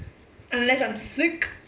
unless I'm sick